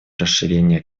расширения